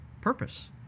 purpose